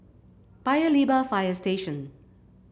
Paya Lebar Fire Station